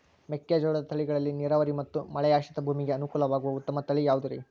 ಮೆಕ್ಕೆಜೋಳದ ತಳಿಗಳಲ್ಲಿ ನೇರಾವರಿ ಮತ್ತು ಮಳೆಯಾಶ್ರಿತ ಭೂಮಿಗೆ ಅನುಕೂಲವಾಗುವ ಉತ್ತಮ ತಳಿ ಯಾವುದುರಿ?